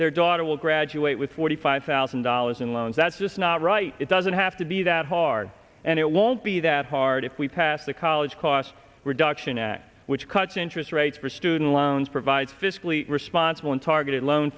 their daughter will graduate with forty five thousand dollars in loans that's just not right it doesn't have to be that hard and it won't be that hard if we pass the college costs were duction act which cuts interest rates for student loans provide fiscally responsible and targeted loan